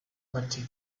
but